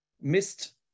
missed